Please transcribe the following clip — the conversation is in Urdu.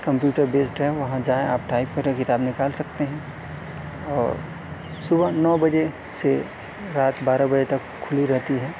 کمپیوٹر بیسڈ ہے وہاں جائیں آپ ٹائپ کریں کتاب نکال سکتے ہیں اور صبح نو بجے سے رات بارہ بجے تک کھلی رہتی ہے